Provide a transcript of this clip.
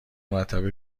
مرتبه